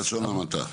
בלשון המעטה.